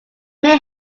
may